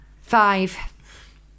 five